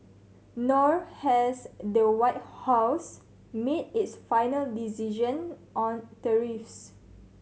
nor has the White House made its final decision on tariffs